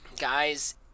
guys